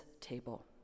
table